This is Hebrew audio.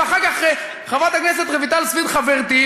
ואחר כך חברת הכנסת רויטל סויד חברתי,